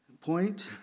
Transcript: point